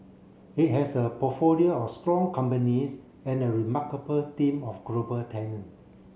it has a portfolio of strong companies and a remarkable team of global talent